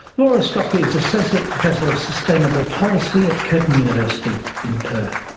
laura stocker is associate professor of sustainable policy at curtin university in perth